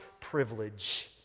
privilege